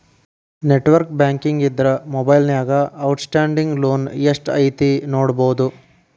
network banking ಇದ್ರ ಮೊಬೈಲ್ನ್ಯಾಗ outstanding loan ಎಷ್ಟ್ ಐತಿ ನೋಡಬೋದು